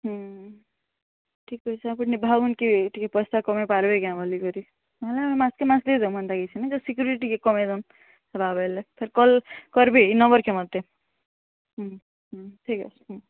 ଠିକ୍ ଅଛେ ଆପଣ ଭାବୁନ୍ କି ଟିକେ ପଇସା କମେଇ ପାରବେ କେଁ ବଲିକରି ମାସକେ ମାସ୍ ଦେଇଦେମୁ ଏନ୍ତା କିଛି ନାଇଁ ଜଷ୍ଟ୍ ସିକ୍ୟୁରିଟି ଟିକେ କମେଇ ଦେଉନ୍ ହେବା ବଇଲେ ଫେର୍ କଲ୍ କରବେ ଇ ନମ୍ବର୍ କେ ମୋତେ ଠିକ୍ ଅଛେ